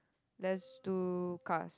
let's do cars